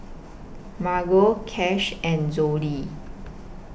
Margo Cash and Zollie